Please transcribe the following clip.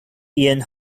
ian